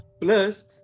Plus